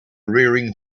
rearing